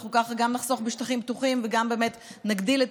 אנחנו ככה גם נחסוך בשטחים פתוחים וגם באמת נגדיל את